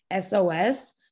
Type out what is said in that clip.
SOS